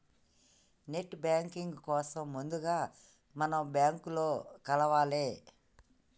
net banking కోసం ముందుగా మనం బ్యాంకులో కలవాలే